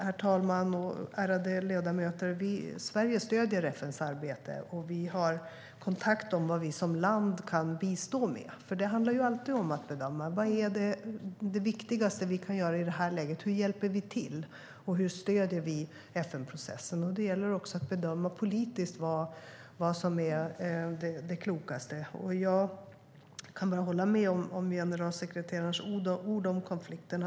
Herr talman och ärade ledamöter! Sverige stöder FN:s arbete. Vi har kontakt om vad vi som land kan bistå med. Det handlar alltid om att bedöma: Vad är det viktigaste vi kan göra i det här läget? Hur hjälper vi till? Och hur stöder vi FN-processen? Det gäller också att bedöma politiskt vad som är det klokaste. Jag kan bara hålla med om generalsekreterarens ord om konflikten.